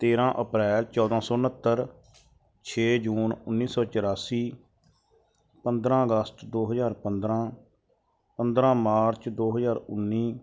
ਤੇਰਾਂ ਅਪ੍ਰੈਲ ਚੌਦਾਂ ਸੌ ਉਣੱਤਰ ਛੇ ਜੂਨ ਉੱਨੀ ਸੌ ਚੁਰਾਸੀ ਪੰਦਰਾਂ ਅਗਸਤ ਦੋ ਹਜ਼ਾਰ ਪੰਦਰਾਂ ਪੰਦਰਾਂ ਮਾਰਚ ਦੋ ਹਜ਼ਾਰ ਉੱਨੀ